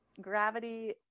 gravity